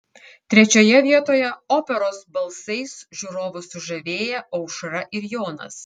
trečioje vietoje operos balsais žiūrovus sužavėję aušra ir jonas